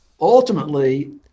ultimately